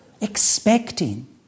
expecting